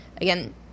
Again